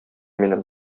минем